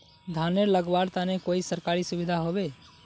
धानेर लगवार तने कोई सरकारी सुविधा होबे?